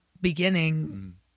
beginning